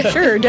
Sure